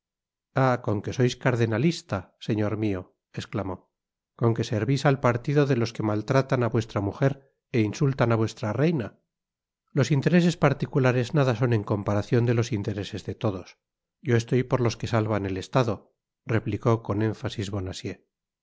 con que sois cardenalista señor mio esclamó con que servis al partido de los que maltratan á vuestra mujer é insultan á vuestra reina los intereses particulares nada son en comparacion de los intereses de todos yo estoy por los que salvan el estado replicó con énfasis